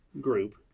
group